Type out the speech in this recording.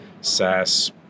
SaaS